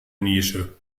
nische